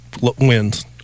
wins